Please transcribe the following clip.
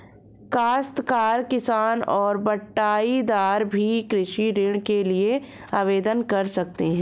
काश्तकार किसान और बटाईदार भी कृषि ऋण के लिए आवेदन कर सकते हैं